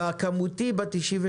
בדואר הכמותי, ב-92%,